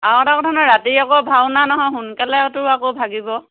আও এটা কথা নহয় ৰাতি আকৌ ভাওনা নহয় সোনকালেটো আকৌ ভাগিব